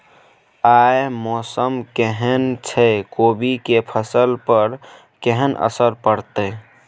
आय मौसम केहन छै कोबी के फसल पर केहन असर परतै?